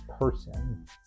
person